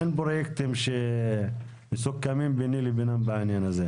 אין פרויקטים שמסוכמים ביני לבינם בעניין הזה.